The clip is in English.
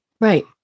Right